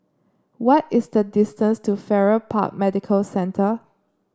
why is the distance to Farrer Park Medical Centre